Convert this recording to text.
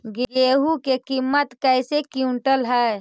गेहू के किमत कैसे क्विंटल है?